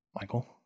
Michael